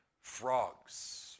frogs